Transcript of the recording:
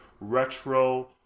retro